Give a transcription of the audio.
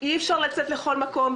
אי אפשר לצאת לכל מקום,